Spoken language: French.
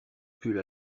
pull